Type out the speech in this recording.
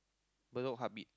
Bedok heartbeat